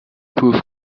proof